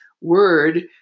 word